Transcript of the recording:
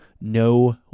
no